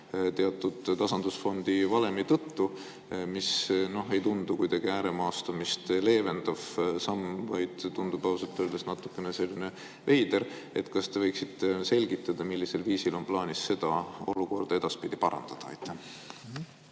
just tasandusfondi valemi tõttu. See ei tundu kuidagi ääremaastumist leevendav samm, vaid tundub ausalt öeldes natukene selline veider. Kas te võiksite selgitada, millisel viisil on plaanis seda olukorda edaspidi parandada?